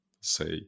say